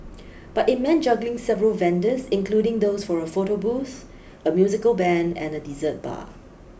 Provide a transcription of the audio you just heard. but it meant juggling several vendors including those for a photo booth a musical band and a dessert bar